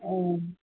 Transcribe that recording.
অঁ